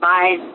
Bye